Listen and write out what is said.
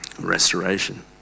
Restoration